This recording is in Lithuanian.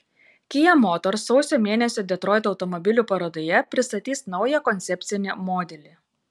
kia motors sausio mėnesį detroito automobilių parodoje pristatys naują koncepcinį modelį